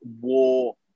war